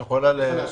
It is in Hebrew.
יכול להשיב?